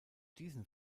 diesem